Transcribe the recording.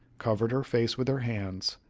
covered her face with her hands,